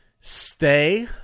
stay